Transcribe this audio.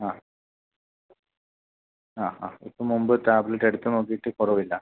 ആ ആ ആ ഇപ്പോൾ മുമ്പ് ടാബ്ലറ്റ് എടുത്ത് നോക്കിയിട്ട് കുറവില്ല